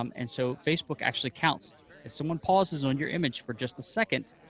um and so facebook actually counts. if someone pauses on your image for just a second,